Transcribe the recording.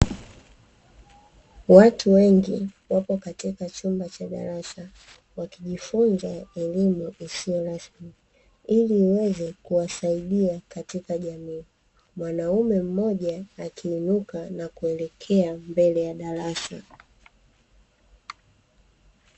Watu wengi wapo katika chumba cha darasa, wakijifunza elimu isiyo rasmi ili iweze kuwasaidia katika jamii, mwanaume mmoja akiinuka na kueleke mbele ya darasa.